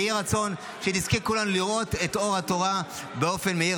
ויהי רצון שנזכה כולנו לראות את אור התורה באופן מאיר,